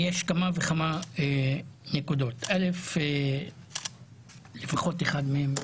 יש כמה וכמה נקודות: לפחות אחד מחברי הוועדה,